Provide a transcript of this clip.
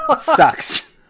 Sucks